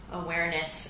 awareness